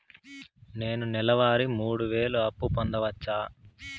నేను నెల వారి మూడు వేలు అప్పు పొందవచ్చా?